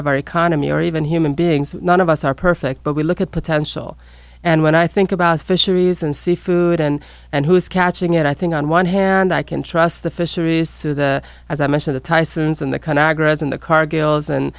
of our economy or even human beings none of us are perfect but we look at potential and when i think about fisheries and seafood and and who's catching it i think on one hand i can trust the fisheries so the as i mentioned the tysons in the congress in the car gills and